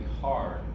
hard